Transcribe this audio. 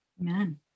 Amen